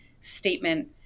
statement